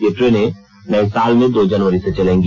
ये ट्रेनें नए साल में दो जनवरी से चलेंगी